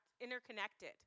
interconnected